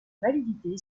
validité